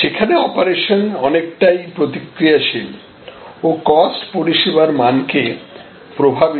সেখানে অপারেশন অনেকটাই প্রতিক্রিয়াশীল ও কস্ট পরিষেবার মানকে প্রভাবিত করে